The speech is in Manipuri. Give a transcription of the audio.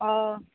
ꯑꯣ